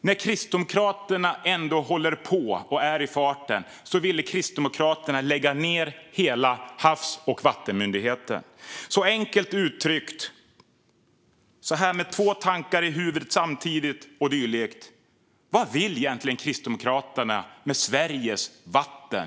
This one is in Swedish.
När Kristdemokraterna ändå var i farten ville de lägga ned hela Havs och vattenmyndigheten. Så, enkelt utryckt, med två tankar i huvudet samtidigt och dylikt: Vad vill Kristdemokraterna egentligen med Sveriges vatten?